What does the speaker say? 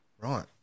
Right